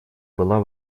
была